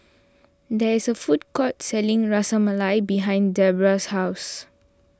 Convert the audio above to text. there is a food court selling Ras Malai behind Debbra's house